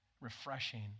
refreshing